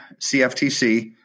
CFTC